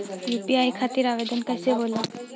UPI खातिर आवेदन कैसे होला?